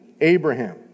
Abraham